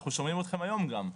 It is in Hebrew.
אנחנו שומעים אתכם גם היום.